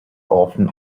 often